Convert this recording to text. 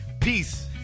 Peace